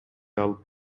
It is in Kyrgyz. алып